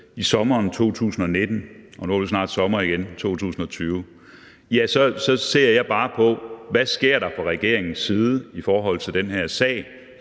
i sommeren 2019 – og nu er det snart sommeren 2020 – så ser jeg bare på, hvad der sker fra regeringens side i den her sag,